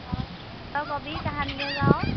অঁ তই ক'বি কাহানিকৈ যাৱ